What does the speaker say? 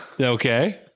Okay